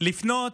לפנות